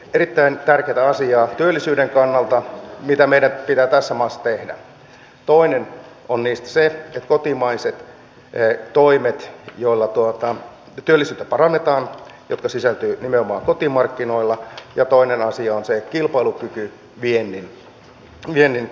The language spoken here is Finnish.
erittäin tärkeitä asiaa työllisyyden kannalta mitä meidän kyllähän tässä todella on niistä se että kotimaiset miehet toimet joilla tuottaa tehty erittäin kipeitä säästöjä kipeitä leikkauksia kuten jaoston puheenjohtaja edustaja kankaanniemikin tuossa aloituspuheenvuorossaan sanoi